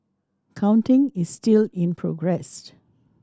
counting is still in progress